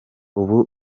ubu